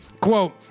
quote